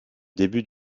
début